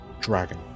dragon